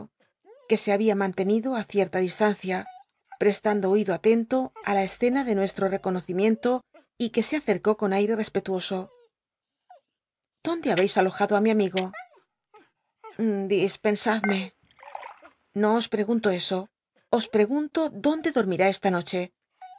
que se babia mantenido á cierta distancia prestando oído atento í la escena de nuesti'o reconocimiento y que se acercó con aire respetuoso dónde ha beis alojado i mi amigo dispensadmc no os pregunto eso os pregunto dónde dormirá esta noche